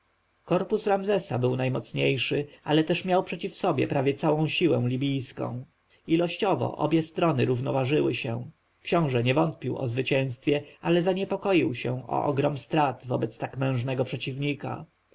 korpus ramzesa był najmocniejszy ale też miał przeciw sobie prawie całą siłę libijską ilościowo obie strony równoważyły się książę nie wątpił o zwycięstwie ale zaniepokoił się o ogrom strat wobec tak mężnego przeciwnika